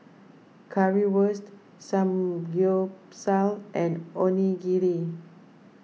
Currywurst Samgyeopsal and Onigiri